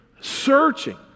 searching